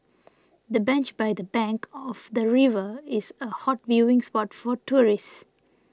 the bench by the bank of the river is a hot viewing spot for tourists